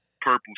Purple